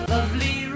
Lovely